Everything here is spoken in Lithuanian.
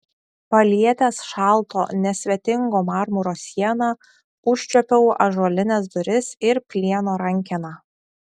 palietęs šalto nesvetingo marmuro sieną užčiuopiau ąžuolines duris ir plieno rankeną